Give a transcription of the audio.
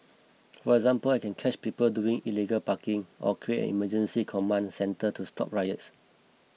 for example I can catch people doing illegal parking or create an emergency command centre to stop riots